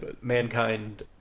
mankind